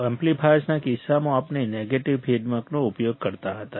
એમ્પ્લીફાયર્સના કિસ્સામાં આપણે નેગેટિવ ફીડબેકનો ઉપયોગ કરતા હતા